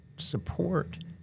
support